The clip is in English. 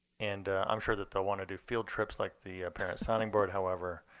and i'm sure that they'll want to do field trips like the parent sounding board however.